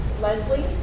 Leslie